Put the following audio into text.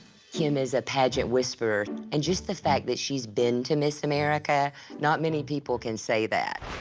kim is a pageant whisperer. and just the fact that she's been to miss america not many people can say that.